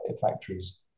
factories